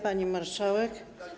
Pani Marszałek!